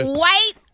white